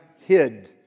hid